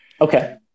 okay